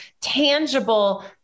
tangible